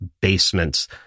basements